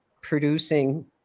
producing